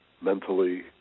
mentally